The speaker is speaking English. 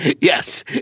Yes